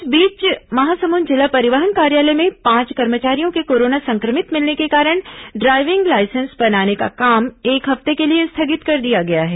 इस बीच महासमुंद जिला परिवहन कार्यालय में पांच कर्मचारियों के कोरोना संक्रमित मिलने के कारण ड्रायविंग लाइसेंस बनाने का काम एक हफ्ते के लिए स्थगित कर दिया गया है